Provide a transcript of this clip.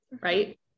right